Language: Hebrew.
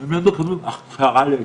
--- הם לא מקבלים את ההכשרה לזה.